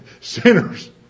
sinners